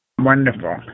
Wonderful